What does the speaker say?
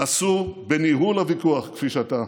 אסור בניהול הוויכוח, כפי שאתה